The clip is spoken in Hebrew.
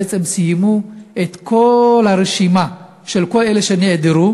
בעצם סיימו את כל הרשימה של כל הנעדרים,